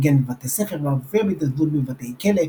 ניגן בבתי ספר ואף הופיע בהתנדבות בבתי כלא,